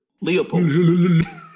Leopold